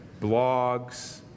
blogs